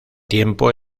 tiempo